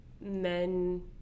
men